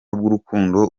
bw’urukundo